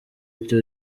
too